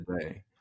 today